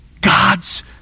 God's